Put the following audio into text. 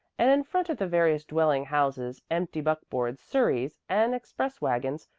and in front of the various dwelling-houses empty buckboards, surreys and express wagons,